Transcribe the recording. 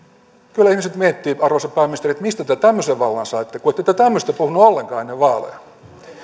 kyllä ihmiset miettivät arvoisa pääministeri mistä te tämmöisen vallan saitte kun ette te tämmöisestä puhunut ollenkaan ennen vaaleja